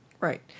Right